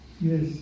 Yes